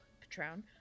Patron